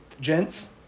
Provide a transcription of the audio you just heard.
Gents